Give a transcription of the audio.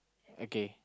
okay